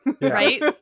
Right